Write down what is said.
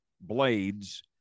Blades